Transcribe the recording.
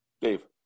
Dave